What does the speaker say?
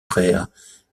frères